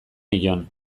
nion